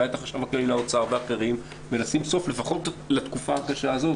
אולי את החשב הכללי לאוצר ואחרים ולשים סוף לפחות לתקופה הקשה הזו,